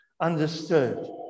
understood